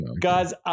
guys